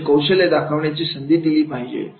त्यांचे कौशल्य दाखवण्याची संधी दिली पाहिजे